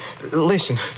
listen